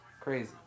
crazy